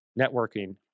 networking